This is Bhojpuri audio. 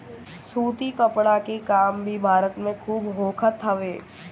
सूती कपड़ा के काम भी भारत में खूब होखत हवे